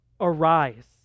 Arise